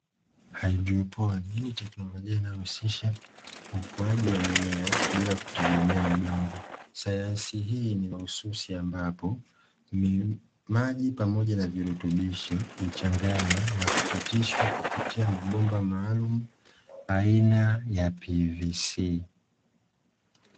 Haidroponi ni teknolojia inayohusisha ukuaji wa mimea bila kutegemea udongo, sayansi hii ni mahususi ambapo maji pamoja na virutubisho huchanganywa na kupitishwa kupitia mabomba maalumu aina ya "PVC".